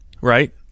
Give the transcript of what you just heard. right